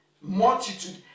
Multitude